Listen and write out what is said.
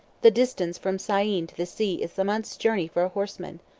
the distance from syene to the sea is a month's journey for a horseman.